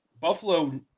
Buffalo –